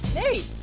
hey!